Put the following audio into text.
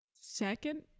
second